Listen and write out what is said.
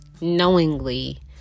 Knowingly